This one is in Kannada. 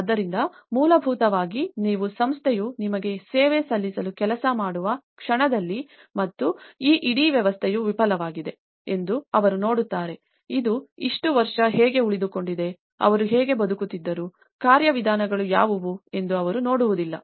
ಆದ್ದರಿಂದ ಮೂಲಭೂತವಾಗಿ ನೀವು ಸಂಸ್ಥೆಯು ನಿಮಗೆ ಸೇವೆ ಸಲ್ಲಿಸಲು ಕೆಲಸ ಮಾಡುವ ಕ್ಷಣದಲ್ಲಿ ಮತ್ತು ಈ ಇಡೀ ವ್ಯವಸ್ಥೆಯು ವಿಫಲವಾಗಿದೆ ಎಂದು ಅವರು ನೋಡುತ್ತಾರೆ ಇದು ಇಷ್ಟು ವರ್ಷ ಹೇಗೆ ಉಳಿದುಕೊಂಡಿದೆ ಅವರು ಹೇಗೆ ಬದುಕುತ್ತಿದ್ದರು ಕಾರ್ಯವಿಧಾನಗಳು ಯಾವುವು ಎಂದು ಅವರು ನೋಡುವುದಿಲ್ಲ